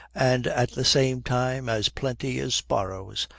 and at the same time as plenty as sparrows,